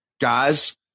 Guys